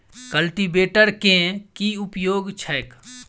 Cultivator केँ की उपयोग छैक?